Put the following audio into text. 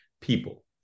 people